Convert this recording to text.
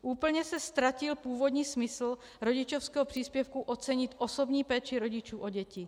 Úplně se ztratil původní smysl rodičovského příspěvku ocenit osobní péči rodičů o děti.